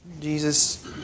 Jesus